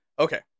Okay